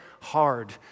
hard